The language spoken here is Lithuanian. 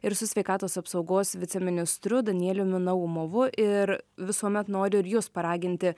ir su sveikatos apsaugos viceministru danieliumi naumovu ir visuomet noriu ir jus paraginti